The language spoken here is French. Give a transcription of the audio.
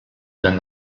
dans